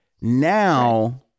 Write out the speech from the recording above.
Now